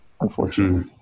unfortunately